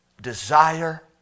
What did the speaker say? desire